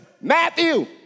Matthew